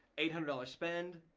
eight hundred dollars spend,